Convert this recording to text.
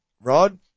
Rod